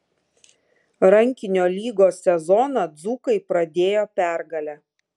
rankinio lygos sezoną dzūkai pradėjo pergale